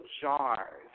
jars